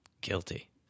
guilty